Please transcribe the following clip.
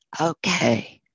okay